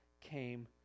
came